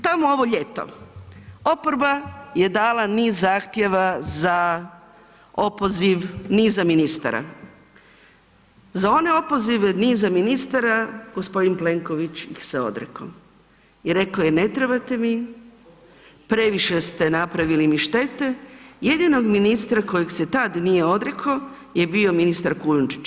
Tamo ovo ljeto, oporba je dala niz zahtjeva za opoziv niza ministara, za one opozive niza ministara gospodin Plenković ih se odrekao i rekao je ne trebate mi, previše ste napravili mi štete, jedinog ministra kojeg se tad nije odrekao je bio ministar Kujundžić.